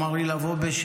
הוא אמר לי לבוא ב-19:00,